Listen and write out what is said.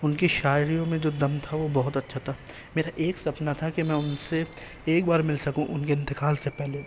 ان کی شاعری میں جو دم تھا وہ بہت اچھا تھا میرا ایک سپنا تھا کہ میں ان سے ایک بار مل سکوں ان کے انتقال سے پہلے